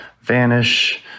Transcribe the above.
vanish